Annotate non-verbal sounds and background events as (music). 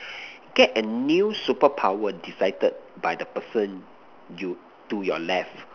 (noise) get a new superpower decided by the person to your left